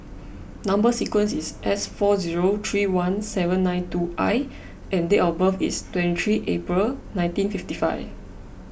Number Sequence is S four zero three one seven nine two I and date of birth is twenty three April nineteen fifty five